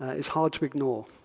it's hard to ignore.